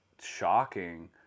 shocking